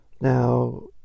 now